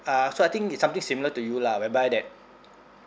uh so I think it's something similar to you lah whereby that